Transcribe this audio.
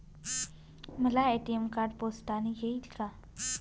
मला ATM card पोस्टाने येईल का?